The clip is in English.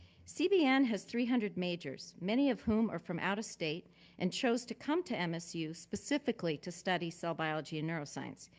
cbn has three hundred majors, many of whom are from out of state and chose to come to msu specifically to study cell biology and neuroscience.